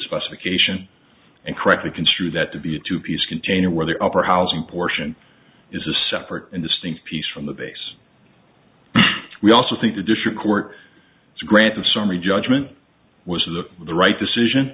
specification and correctly construe that to be a two piece container where the upper housing portion is a separate and distinct piece from the base we also think the district court to grant the summary judgment was the right decision